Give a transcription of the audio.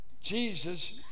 Jesus